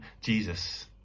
Jesus